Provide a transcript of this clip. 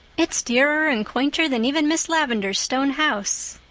it's dearer and quainter than even miss lavendar's stone house.